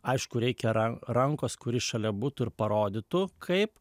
aišku reikia ra rankos kuri šalia būtų ir parodytų kaip